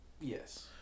Yes